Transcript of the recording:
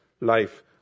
life